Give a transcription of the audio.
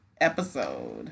episode